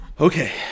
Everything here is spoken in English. Okay